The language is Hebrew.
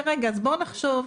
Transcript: בואו נחשוב.